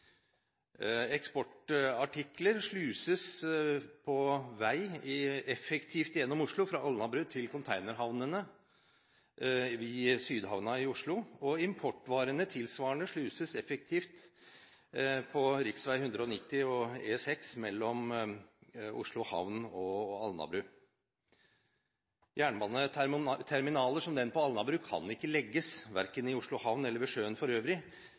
Eksportartikler sluses på vei effektivt gjennom Oslo – fra Alnabru til containerhavnene i Sydhavna. Importvarene sluses tilsvarende effektivt på rv. 190 og E6 mellom Oslo Havn og Alnabru. Jernbaneterminaler som den på Alnabru kan ikke legges verken i Oslo Havn eller ved sjøen for øvrig.